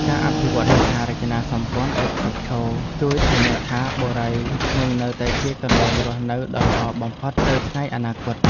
ការអភិវឌ្ឍហេដ្ឋារចនាសម្ព័ន្ធឥតឈប់ឈរជួយធានាថាបុរីនឹងនៅតែជាកន្លែងរស់នៅដ៏ល្អបំផុតទៅថ្ងៃអនាគត។